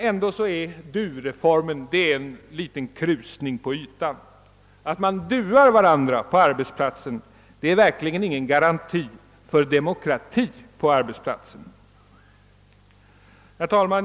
Ändå är du-reformen bara en liten krusning på ytan. Att man duar varandra är verkligen ingen garanti för demokrati på arbetsplatsen. Herr talman!